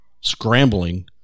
scrambling